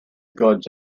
gods